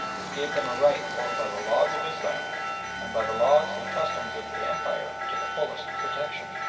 it gave them a right both by the laws of islam and by the laws and customs of the empire to the fullest protection.